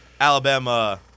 Alabama –